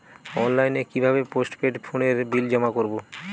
অনলাইনে কি ভাবে পোস্টপেড ফোনের বিল জমা করব?